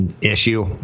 issue